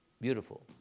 Beautiful